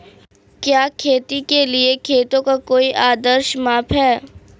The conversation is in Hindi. क्या खेती के लिए खेतों का कोई आदर्श माप है?